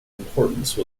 importance